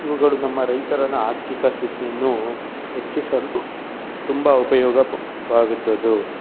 ಇವುಗಳು ನಮ್ಮ ರೈತನ ಆರ್ಥಿಕ ಸ್ಥಿತಿಯನ್ನು ಹೆಚ್ಚಿಸಲು ತುಂಬ ಉಪಯೋಗವಾದದ್ದು